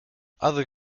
other